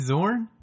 Zorn